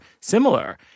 similar